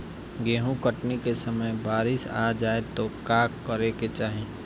गेहुँ कटनी के समय बारीस आ जाए तो का करे के चाही?